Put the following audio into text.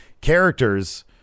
characters